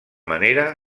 manera